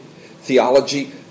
theology